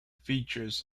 features